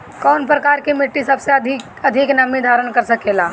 कौन प्रकार की मिट्टी सबसे अधिक नमी धारण कर सकेला?